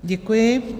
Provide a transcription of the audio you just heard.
Děkuji.